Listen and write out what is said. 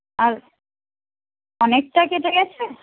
আর অনেকটা কেটে গেছে